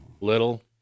Little